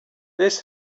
this